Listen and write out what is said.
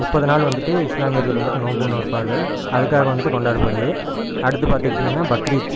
முப்பது நாள் வந்துவிட்டு இஸ்லாமியர்கள் வந்துவிட்டு நோம்பு நோற்பார்கள் அதற்காக வந்துவிட்டு கொண்டாடப்படுது அடுத்து பார்த்துக்கிட்டிங்கன்னா பக்ரீத்து